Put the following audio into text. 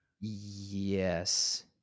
Yes